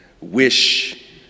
wish